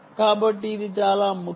కాబట్టి ఇది చాలా ముఖ్యం